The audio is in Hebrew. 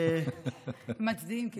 מצדיעים.